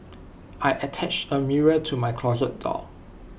I attached A mirror to my closet door